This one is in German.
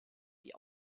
die